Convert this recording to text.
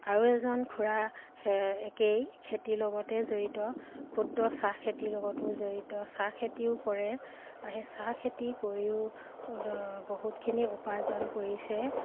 আৰু এজন খুৰা একেই খেতিৰ লগতে জড়িত ক্ষুদ্ৰ চাহ খেতিৰ লগতো জড়িত চাহ খেতিও কৰে সেই চাহ খেতি কৰিও বহুতখিনি উপাৰ্জন কৰিছে